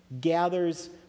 gathers